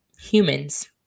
humans